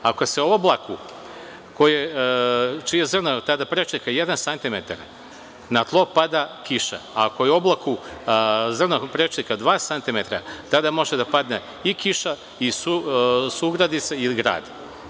Ako se oblaku čije je zrno tada prečnika jedan santimetar na tlo pada kiša, ako je oblaku zrno prečnika dva santimetra, tada može da padne i kiša i sugradica ili grad.